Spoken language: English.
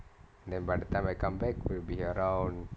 then by the time I come back will be around